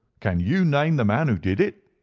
can you name the man who did it?